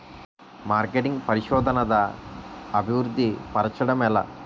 marketing పరిశోధనదా అభివృద్ధి పరచడం ఎలా